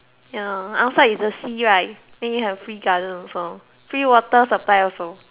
ya outside is the sea right then you have free garden also free water supply also